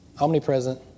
omnipresent